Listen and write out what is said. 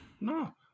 No